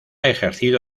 ejercido